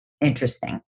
interesting